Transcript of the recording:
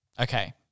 Okay